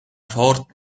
forte